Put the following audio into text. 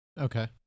Okay